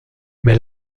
mais